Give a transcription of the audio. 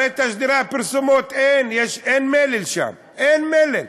הרי בתשדירי הפרסומות אין מלל, אין מלל.